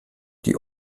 die